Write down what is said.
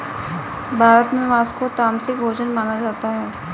भारत में माँस को तामसिक भोजन माना जाता है